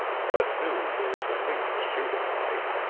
bud knew there was at least shooting light